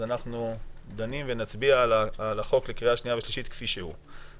אז אנחנו דנים ואנחנו נצביע על החוק לקריאה שנייה ושלישית כפי שהוא.